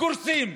קורסים.